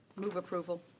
move approval.